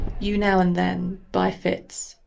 you, now and then, by fits,